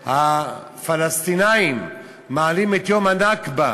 כשהפלסטינים מעלים את יום הנכבה,